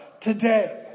today